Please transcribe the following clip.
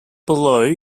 below